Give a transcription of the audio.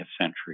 century